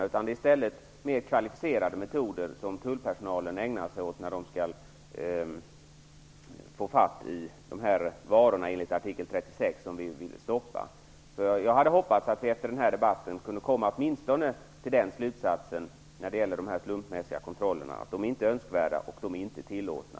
I stället är det mer kvalificerade metoder tullpersonalen ägnar sig åt när den skall få tag i de varor vi vill stoppa enligt artikel 36. Jag hade hoppats att vi efter den här debatten åtminstone hade kunnat komma till den slutsatsen när det gäller de slumpmässiga kontrollerna: De är inte önskvärda, och de är inte tillåtna.